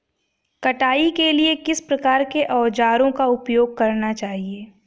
कटाई के लिए किस प्रकार के औज़ारों का उपयोग करना चाहिए?